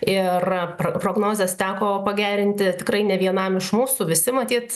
ir prognozes teko pagerinti tikrai ne vienam iš mūsų visi matyt